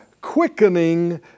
quickening